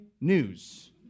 news